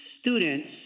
students